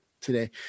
today